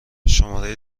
شماره